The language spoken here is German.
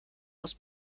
aus